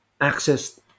access